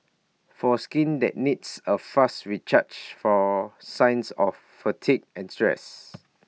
for skin that needs A fast recharge from signs of fatigue and stress